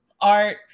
art